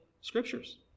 scriptures